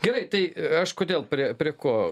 gerai tai aš kodėl prie prie ko